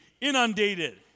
inundated